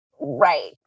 Right